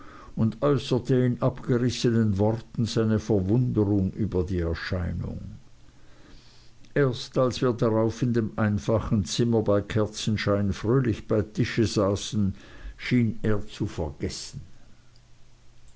und äußerte in abgerissenen worten seine verwunderung über die erscheinung erst als wir darauf in dem einfachen zimmer bei kerzenschein fröhlich bei tisch saßen schien er zu vergessen